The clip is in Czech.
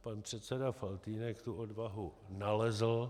Pan předseda Faltýnek tu odvahu nalezl.